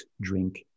drink